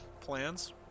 Plans